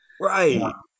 Right